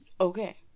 Okay